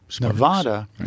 Nevada